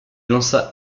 lança